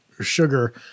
sugar